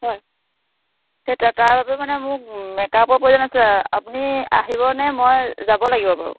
হয় সেইটোৱে তাৰ বাবে মানে মোক মেকআপৰ প্ৰয়োজন আছিলে আপুনি আহিব নে মই যাব লাগিব বাৰু